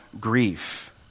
grief